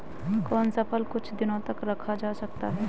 कौन सा फल कुछ दिनों तक रखा जा सकता है?